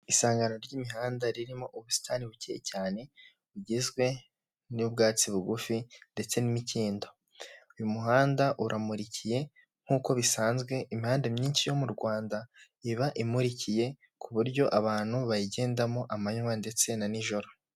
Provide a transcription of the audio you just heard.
Isangano ry'imihanda ririmo ubusitani buke cyane bugizwe n'ubwatsi bugufi ndetse n'imikindo, uyu muhanda uramurikiye nk'uko bisanzwe imihanda myinshi yo mu Rwanda iba imurikiye, ku buryo abantu bayigendamo amanywa ndetse na nijoro.